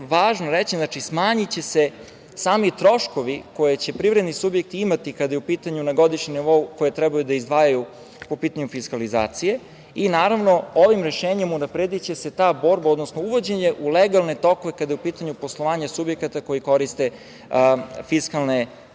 važno reći, znači, smanjiće se sami troškovi koje će privredni subjekti imati na godišnjem nivou koje treba da izdvajaju po pitanju fiskalizacije i, naravno, ovim rešenjem unaprediće se ta borba, odnosno uvođenje u legalne tokove, kada je u pitanju poslovanje subjekata koji koriste fiskalne kase.